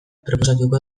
proposatuko